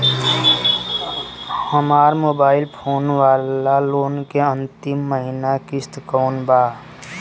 हमार mobile phone वाला loan के अंतिम महिना किश्त कौन बा?